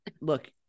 look